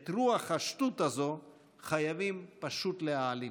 את רוח השטות הזאת חייבים פשוט להעלים.